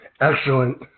Excellent